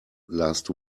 last